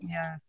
Yes